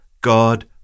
God